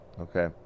Okay